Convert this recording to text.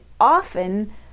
often